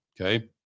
Okay